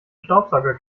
staubsauger